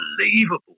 unbelievable